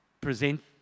present